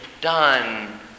done